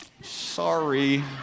Sorry